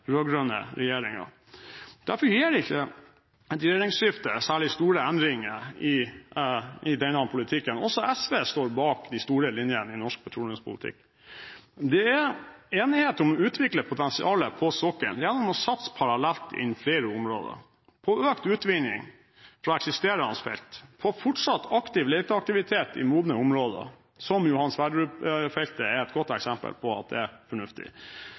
rød-grønne regjeringen. Derfor gir ikke et regjeringsskifte særlig store endringer i denne politikken. Også SV står bak de store linjene i norsk petroleumspolitikk. Det er enighet om å utvikle potensialet på sokkelen gjennom å satse parallelt innen flere områder: på økt utvinning fra eksisterende felt og på fortsatt aktiv leteaktivitet i modne områder, som Johan Sverdrup-feltet er et godt eksempel på at er fornuftig. Det er